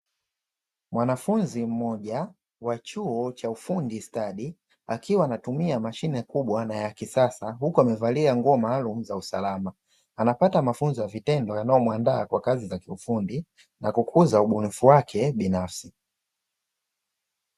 Mwanafunzi mmoja wa chuo cha ufundi stadi, akiwa anatumia mashine kubwa na ya kisasa huku amevalia nguo maalumu za usalama. Anapata mafunzo ya vitendo yanayomuandaa kwa kazi za kiufundi na kukuza ubunifu wake binafsi.